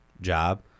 job